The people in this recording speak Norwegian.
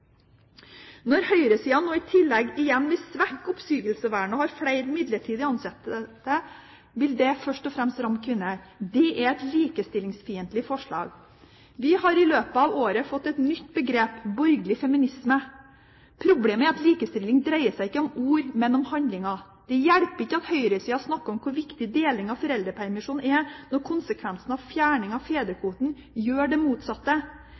Når høyresiden nå i tillegg igjen vil svekke oppsigelsesvernet og ha flere midlertidig ansatte, vil det først og fremst ramme kvinner. Dette er et likestillingsfiendtlig forslag. Vi har i løpet av året fått et nytt begrep: borgerlig feminisme. Problemet er at likestilling dreier seg ikke om ord, men om handlinger. Det hjelper ikke at høyresiden snakker om hvor viktig deling av foreldrepermisjonen er, når konsekvensen av fjerning av fedrekvoten gjør det